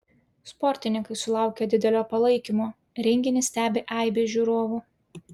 sportininkai sulaukia didelio palaikymo renginį stebi aibė žiūrovų